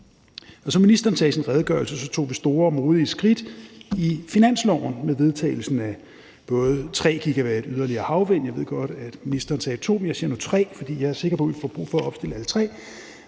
Som ministeren sagde i sin redegørelse, tog vi store og modige skridt i finansloven med vedtagelsen af både 3 GW yderligere havvind – jeg ved godt, at ministeren sagde 2 GW, men jeg siger nu 3 GW, for jeg er sikker på, at vi får brug for at opstille alle